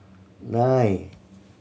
nine